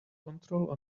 control